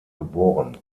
geboren